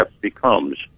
becomes